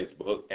Facebook